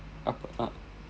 apa ah